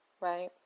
right